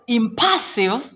impassive